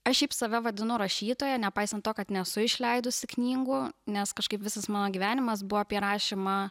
aš šiaip save vadinu rašytoja nepaisant to kad nesu išleidusi knygų nes kažkaip visas mano gyvenimas buvo apie rašymą